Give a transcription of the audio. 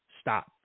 Stop